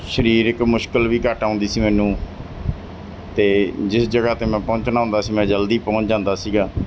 ਸਰੀਰਕ ਮੁਸ਼ਕਲ ਵੀ ਘੱਟ ਆਉਂਦੀ ਸੀ ਮੈਨੂੰ ਅਤੇ ਜਿਸ ਜਗ੍ਹਾ 'ਤੇ ਮੈਂ ਪਹੁੰਚਣਾ ਹੁੰਦਾ ਸੀ ਮੈਂ ਜਲਦੀ ਪਹੁੰਚ ਜਾਂਦਾ ਸੀਗਾ